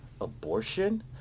abortion